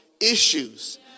Issues